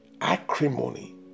acrimony